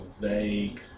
vague